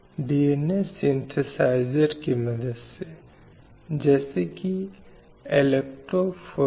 तो ये कुछ ऐसे कार्य हैं जिनका उल्लेख यहाँ किया गया है